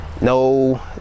No